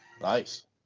Nice